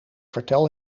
vertel